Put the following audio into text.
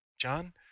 John